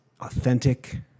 authentic